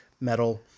metal